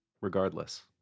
regardless